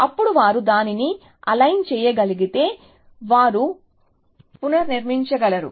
అప్పుడు వారు దానిని అలైన్ చేయగలిగితే వారు పునర్నిర్మించ గలరు